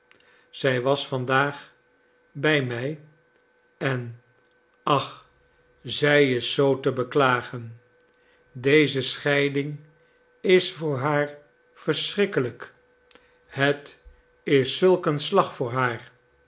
zij was vandaag bij mij en ach zij is zoo te beklagen deze scheiding is voor haar verschrikkelijk het is zulk een slag voor haar